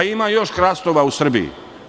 Ima još hrastova u Srbiji.